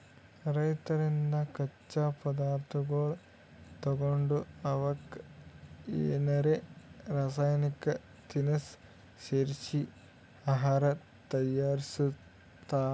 ರೈತರಿಂದ್ ಕಚ್ಚಾ ಪದಾರ್ಥಗೊಳ್ ತಗೊಂಡ್ ಅವಕ್ಕ್ ಏನರೆ ರಾಸಾಯನಿಕ್ ತಿನಸ್ ಸೇರಿಸಿ ಆಹಾರ್ ತಯಾರಿಸ್ತಾರ್